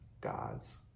God's